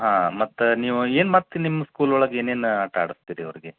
ಹಾಂ ಮತ್ತು ನೀವು ಏನು ಮತ್ತೆ ನಿಮ್ಮ ಸ್ಕೂಲ್ ಒಳಗೆ ಏನೇನು ಆಟ ಆಡಿಸ್ತೀರಿ ಅವರಿಗೆ